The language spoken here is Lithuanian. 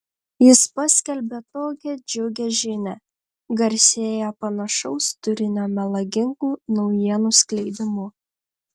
jis paskelbė tokią džiugią žinią garsėja panašaus turinio melagingų naujienų skleidimu